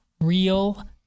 real